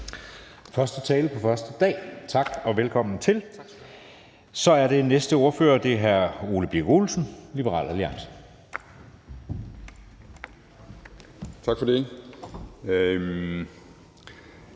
første tale på første dag. Tak, og velkommen til. Så er det næste ordfører, og det er hr. Ole Birk Olesen, Liberal Alliance. Kl.